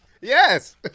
Yes